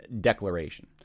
declaration